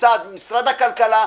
לצד משרד הכלכלה,